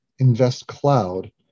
InvestCloud